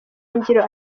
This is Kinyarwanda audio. ngiro